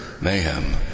mayhem